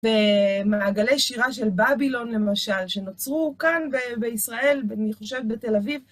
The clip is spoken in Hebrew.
במעגלי שירה של בבילון, למשל, שנוצרו כאן בישראל, אני חושבת בתל אביב.